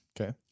Okay